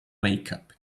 makeup